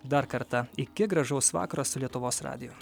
dar kartą iki gražaus vakaro su lietuvos radiju